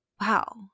wow